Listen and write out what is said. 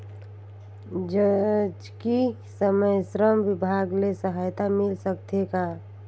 जचकी समय श्रम विभाग ले सहायता मिल सकथे का?